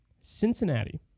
Cincinnati